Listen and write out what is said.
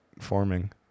forming